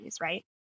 right